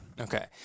Okay